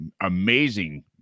amazing